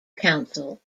council